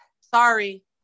sorry